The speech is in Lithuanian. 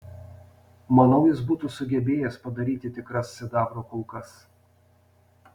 manau jis būtų sugebėjęs padaryti tikras sidabro kulkas